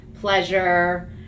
pleasure